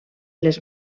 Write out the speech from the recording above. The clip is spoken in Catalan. les